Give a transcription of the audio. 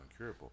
uncurable